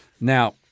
Now